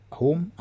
home